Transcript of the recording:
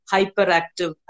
Hyperactive